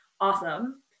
awesome